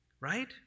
right